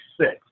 six